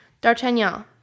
D'Artagnan